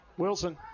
Wilson